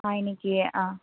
হয় নেকি অঁ